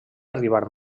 arribar